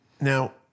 now